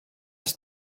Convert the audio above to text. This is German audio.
des